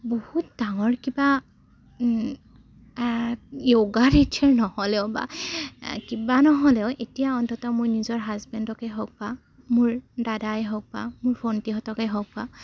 বহুত ডাঙৰ কিবা য়োগাৰ নহ'লেও বা কিবা নহ'লেও এতিয়া অন্ততঃ মোৰ নিজৰ হাজবেণ্ডকে হওক বা মোৰ দাদাই হওক বা মোৰ ভণ্টিহঁতকে হওক বা